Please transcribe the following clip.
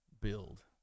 build